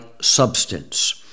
substance